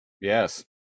Yes